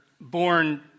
born